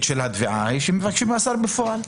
של התביעה היא שמבקשים מאסר בפועל,